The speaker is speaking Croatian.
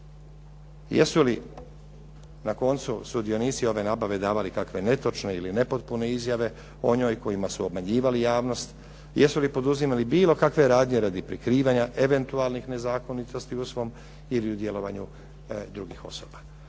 Jesu li na koncu sudionici ove nabave davali kakve netočne ili nepotpune izjave o njoj kojima su obmanjivali javnost? Jesu li poduzimali bilo kakve radnje radi prikrivanja eventualnih nezakonitosti u svom ili u djelovanju drugih osoba?